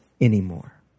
anymore